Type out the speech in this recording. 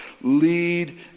lead